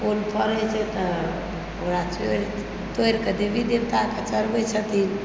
फूल फड़य छै तऽ ओकरा तोड़ि तोड़िके देवी देवताके चढ़बै छथिन